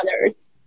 others